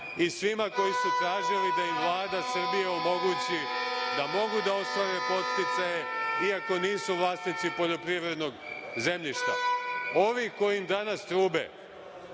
i svima koji su tražili da im Vlada Srbije omogući da mogu da ostvare podsticaje iako nisu vlasnici poljoprivrednog zemljišta. Ovi koji im danas trube